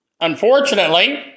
unfortunately